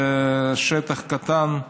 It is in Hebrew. זה שטח קטן,